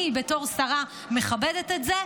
אני בתור שרה מכבדת את זה,